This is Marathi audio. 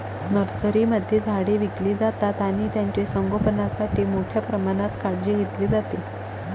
नर्सरीमध्ये झाडे विकली जातात आणि त्यांचे संगोपणासाठी मोठ्या प्रमाणात काळजी घेतली जाते